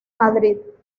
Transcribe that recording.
madrid